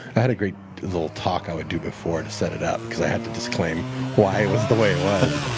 had a great little talk i would do before to set it up, because i had to disclaim why it was the way it was.